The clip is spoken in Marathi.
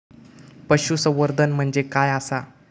पशुसंवर्धन म्हणजे काय आसा?